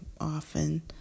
often